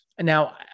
Now